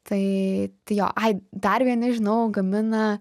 tai tai jo ai dar vieni žinau gamina